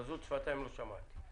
לזות שפתיים לא שמעתי.